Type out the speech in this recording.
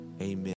amen